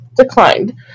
declined